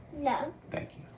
no. thank you.